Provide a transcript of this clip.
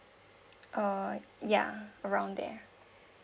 uh ya around there